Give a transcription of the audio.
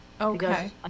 Okay